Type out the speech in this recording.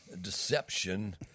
Deception